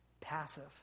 passive